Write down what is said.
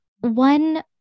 One